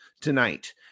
tonight